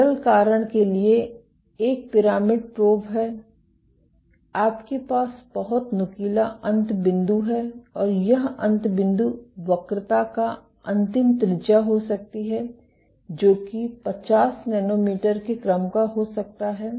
सरल कारण के लिए एक पिरामिड प्रॉब है आपके पास बहुत नुकीला अंत बिंदु है और यह अंत बिंदु वक्रता का अंतिम त्रिज्या हो सकती है जो कि 50 नैनोमीटर के क्रम का हो सकता है